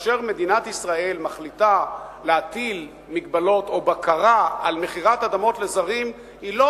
כאשר מדינת ישראל מחליטה להטיל הגבלות או בקרה על מכירת אדמות לזרים,